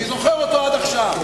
אני זוכר אותו עד עכשיו: